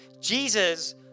Jesus